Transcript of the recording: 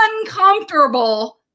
uncomfortable